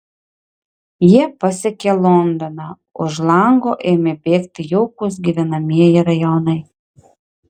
jie pasiekė londoną už lango ėmė bėgti jaukūs gyvenamieji rajonai